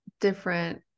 different